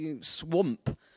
swamp